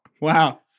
Wow